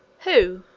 who?